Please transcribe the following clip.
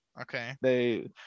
Okay